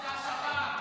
זה השב"כ.